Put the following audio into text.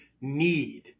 need